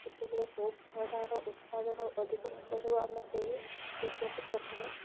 କେତେବେଳେ କେଉଁ ଫଳଟାର ଉତ୍ପାଦନ ଅଧିକମାତ୍ରାରେ ହବ ଆମେ ସେହି ଗଛ କୁ ପ୍ରଥମେ